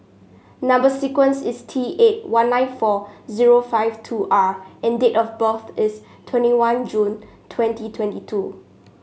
number sequence is T eight one nine four zero five two R and date of birth is twenty one June twenty twenty two